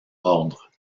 ordre